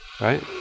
right